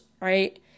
right